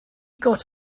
got